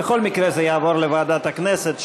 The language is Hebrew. בכל מקרה זה יעבור לוועדת הכנסת,